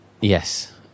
Yes